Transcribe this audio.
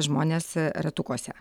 žmonės e ratukuose